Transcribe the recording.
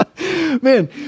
Man